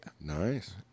Nice